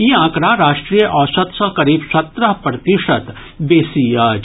ई आंकड़ा राष्ट्रीय औसत सँ करीब सत्रह प्रतिशत बेसी अछि